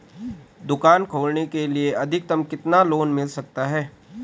दुकान खोलने के लिए अधिकतम कितना लोन मिल सकता है?